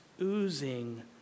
oozing